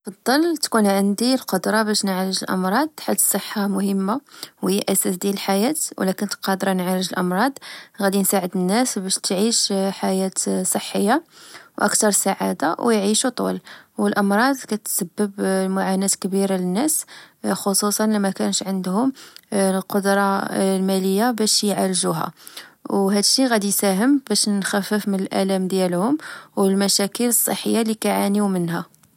كنفضل تكون عندي القدرة باش نعالج الأمراض، حيت الصحة مهمة و هي الأساس ديال الحياة، ولا كنت قادر نعالج الأمراض، غادي نقدر نساعد الناس باش تعيش حياة صحيّة وأكثر سعادة و يعيشو طول. والأمراض كتسبب معاناة كبيرة للناس، خصوصا لمكانش عندهم القدرة المالية باش يعالجوها، وهادشي غادي يساهم باش نخفف من الألم ديالهم، والمشاكل الصحية اللي كعانيو منها